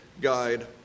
guide